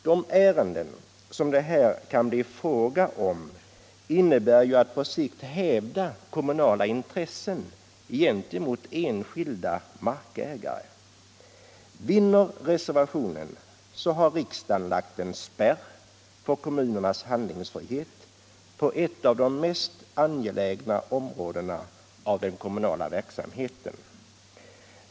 De ärenden som det här kan bli fråga om innebär ett hävdande av kommunala intressen gentemot enskilda markägare. Vinner reservationen har riksdagen lagt en spärr för kommunernas handlingsfrihet på ett av de mest angelägna områdena av den kommunala verksamheten.